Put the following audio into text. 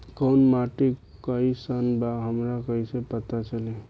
कोउन माटी कई सन बा हमरा कई से पता चली?